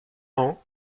ans